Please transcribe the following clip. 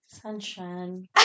sunshine